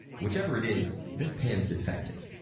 whichever it is, this pan's defective.